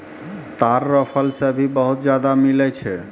ताड़ रो फल से भी बहुत ज्यादा मिलै छै